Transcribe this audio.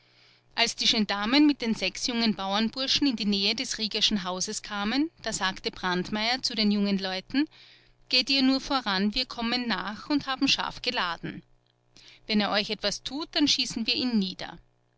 als die gendarmen mit den sechs jungen bauernburschen in die nähe des riegerschen hauses kamen da sagte brandmeier zu den jungen leuten geht ihr nur voran wir kommen nach und haben scharf geladen wenn er euch was tut dann schießen wir ihn nieder